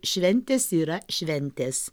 šventės yra šventės